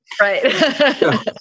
Right